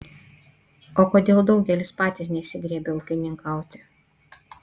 o kodėl daugelis patys nesigriebia ūkininkauti